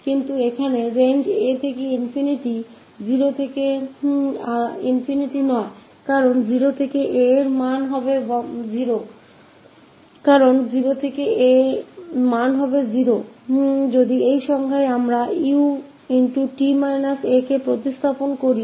पर यहाँ सिमा है a से ∞ नाकि 0 से a क्युकी 0 से a मान 0 है